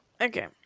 Okay